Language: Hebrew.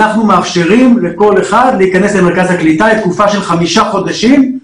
אנחנו מאפשרים לכל אחד להיכנס למרכז הקליטה לתקופה של חמישה חודשים.